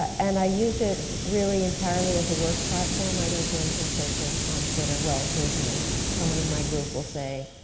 and i use it really entirely as a work platform, i don't do anything social in twitter. well occasionally, someone in my group will say,